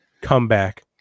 comeback